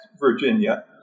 Virginia—